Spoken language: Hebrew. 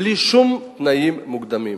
בלי שום תנאים מוקדמים.